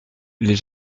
les